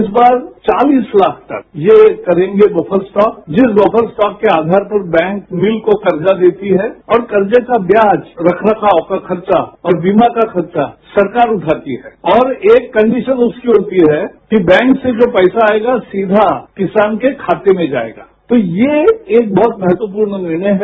इस बार चालीस लाख टन यह करेंगे बफर स्टॉक जिस बफर स्टॉक के आधार पर बैंक मिल को कर्जा देती है और कर्जे का व्याज रखरखाव का खर्चा और बीमा का खर्चा सरकार उगती है और एक कंडीशन उसकी होती है कि बैंक से जो पैसा आयेगा सीधा किसान के खाते में जायेगा तो ये एक बहुत महत्वपूर्ण निर्णय है